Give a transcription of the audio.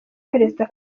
perezida